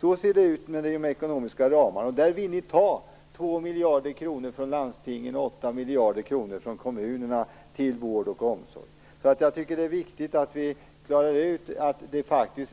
Så ser det ut i fråga om de ekonomiska ramarna. Där vill ni ta 2 miljarder kronor från landstingen och 8 miljarder kronor från kommunerna till vård och omsorg. Jag tycker att det är viktigt att vi klarar ut att det faktiskt